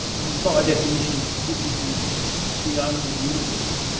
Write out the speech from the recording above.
i mean by definition, this is the the only universe,